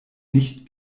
nicht